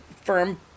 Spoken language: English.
firm